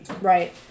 Right